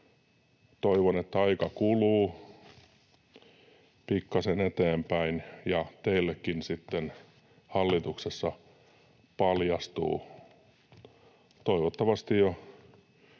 Toivon, että aika kuluu pikkuisen eteenpäin ja teillekin sitten hallituksessa paljastuu toivottavasti jo